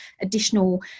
additional